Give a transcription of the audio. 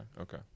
okay